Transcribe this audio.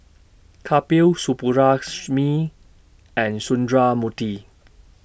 Kapil Subbulakshmi and Sundramoorthy